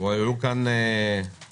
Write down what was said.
הועלו כאן עובדות